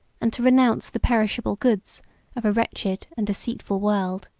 and to renounce the perishable goods of a wretched and deceitful world.